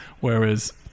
whereas